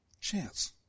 chance